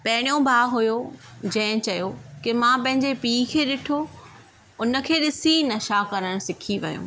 पहिरियों भाउ हुयो जंहिं चयो मां पंहिंजे पीउ के ॾिठो उन खे ॾिसी नशा करणु सिखी वियो